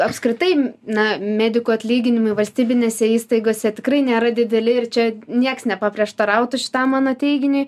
apskritai na medikų atlyginimai valstybinėse įstaigose tikrai nėra dideli ir čia nieks nepaprieštarautų šitam mano teiginiui